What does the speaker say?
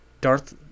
Darth